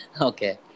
okay